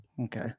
Okay